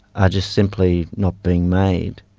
are just simply not being made.